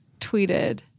tweeted